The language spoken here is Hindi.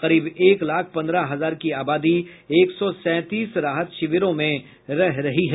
करीब एक लाख पंद्रह हजार की आबादी एक सौ सैंतीस राहत शिविरों में रह रही है